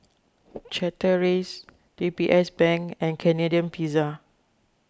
Chateraise D B S Bank and Canadian Pizza